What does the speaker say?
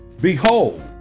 Behold